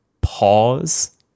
pause